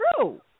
true